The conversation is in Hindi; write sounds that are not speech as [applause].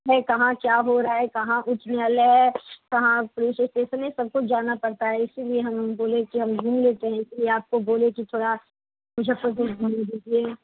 नही कहाँ क्या हो रहा है कहाँ [unintelligible] कहाँ पुलिस इस्टेसन है ये सब कुछ जानना पड़ता है इसीलिए हम बोले कि हम घूम लेते हैं इसलिए आपको बोले कि थोड़ा मुजफ्फ़रपुर घूम लीजिए